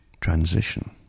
Transition